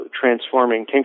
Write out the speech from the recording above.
transforming